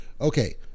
okay